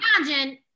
imagine